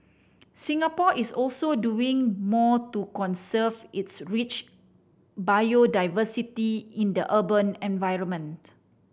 Singapore is also doing more to conserve its rich biodiversity in the urban environment